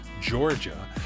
Georgia